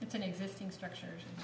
it's an existing structure